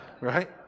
Right